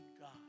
God